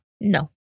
No